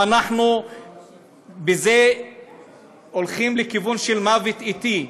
אנחנו בזה הולכים לכיוון של מוות אטי.